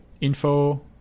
info